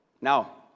Now